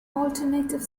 alternative